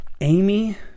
Amy